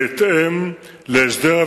בהתאם להסדר,